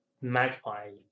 Magpie